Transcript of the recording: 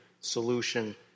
solution